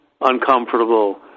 uncomfortable